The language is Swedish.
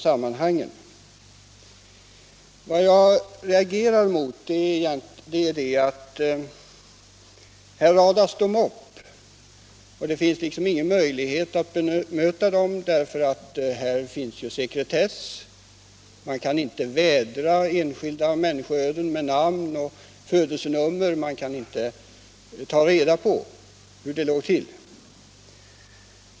Vad jag reagerar mot är att det här radades upp fall som det inte finns någon möjlighet att bedöma — på grund av sekretessbestämmelserna kan man inte vädra enskilda människoöden med namn och födelsenummer, och vi kan därför inte få reda på hur det låg till i dessa fall.